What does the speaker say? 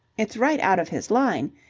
it's right out of his line.